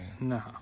No